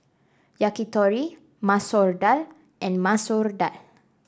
Yakitori Masoor Dal and Masoor Dal